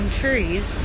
trees